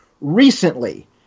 recently